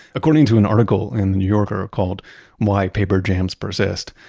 according to an article in the new yorker called why paper jams persist,